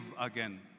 again